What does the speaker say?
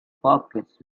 pockets